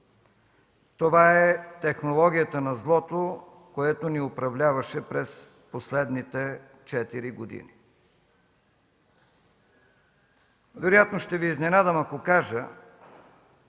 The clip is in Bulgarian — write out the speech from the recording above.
Това е технологията на злото, което ни управляваше през последните четири години. Вероятно ще Ви изненадам, ако кажа,